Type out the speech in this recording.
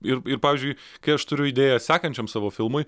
ir ir pavyzdžiui kai aš turiu idėją sekančiam savo filmui